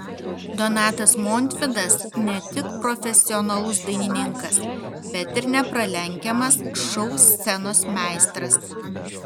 donatas montvydas ne tik profesionalus dainininkas bet ir nepralenkiamas šou scenos meistras